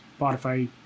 Spotify